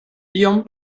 iom